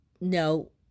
no